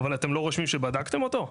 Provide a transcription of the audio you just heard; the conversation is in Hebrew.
אבל, אתם לא רושמים שבדקתם אותו?